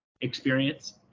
experience